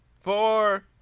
Four